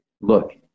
look